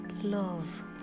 love